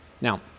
Now